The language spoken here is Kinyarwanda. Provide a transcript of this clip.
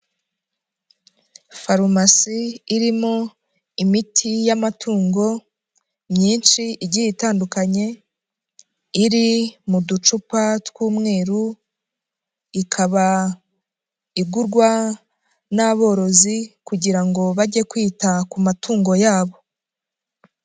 Farumasi irimo imiti y'amatungo myinshi igiye itandukanye, iri mu ducupa tw'umweru, ikaba igurwa n'aborozi kugira ngo bajye kwita ku matungo yabo.